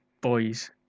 boys